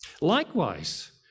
likewise